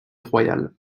royales